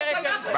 זה הפרק הראשון?